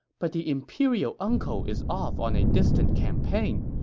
but the imperial uncle is off on a distant campaign,